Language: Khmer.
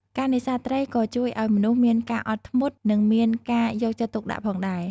ការនេសាទត្រីក៏ជួយឱ្យមនុស្សមានការអត់ធ្មត់និងមានការយកចិត្តទុកដាក់ផងដែរ។